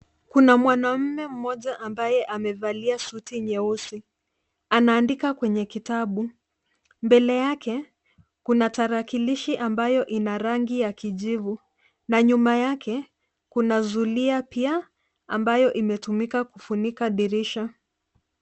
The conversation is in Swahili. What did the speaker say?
Kuna mwanamume mmoja ambaye amevalia suti nyeusi. Anaandika kwenye kitabu. Mbele yake, kuna tarakilishi ambayo ina rangi ya kijivu na nyuma yake, kuna zulia pia ambayo imetumika kufunika dirisha.